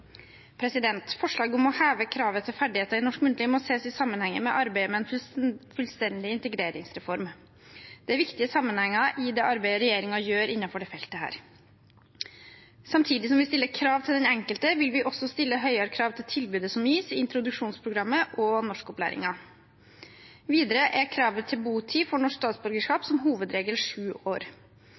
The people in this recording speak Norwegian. Forslaget om å heve kravet til ferdigheter i norsk muntlig må ses i sammenheng med arbeidet med en fullstendig integreringsreform. Det er viktige sammenhenger i det arbeidet regjeringen gjør innenfor dette feltet. Samtidig som vi stiller krav til den enkelte, vil vi også stille høyere krav til tilbudet som gis i introduksjonsprogrammet og norskopplæringen. Videre er kravet til botid for norsk statsborgerskap i hovedsak sju år.